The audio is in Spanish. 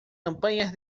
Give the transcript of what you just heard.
campañas